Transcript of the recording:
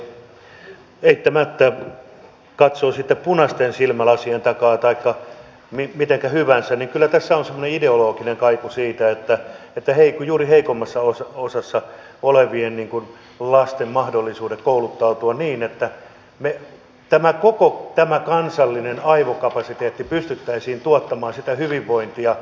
eittämättä katsoo sitten punaisten silmälasien takaa taikka mitenkä hyvänsä tässä on kyllä semmoinen ideologinen kaiku että juuri heikommassa osassa olevien lasten mahdollisuudet kouluttautua niin että koko tällä kansallisella aivokapasiteetilla pystyttäisiin tuottamaan sitä hyvinvointia heikkenevät